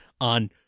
on